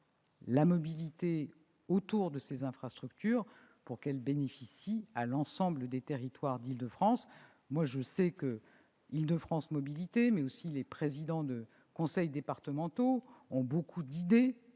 la mobilité autour de ces infrastructures pour qu'elles bénéficient à l'ensemble des territoires d'Île-de-France. Pas du tout ! Je sais qu'Île-de-France Mobilités et les présidents des conseils départementaux ont beaucoup d'idées